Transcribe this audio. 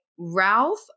ralph